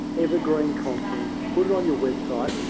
evergreen content, put it on your website.